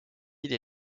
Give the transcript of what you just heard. îles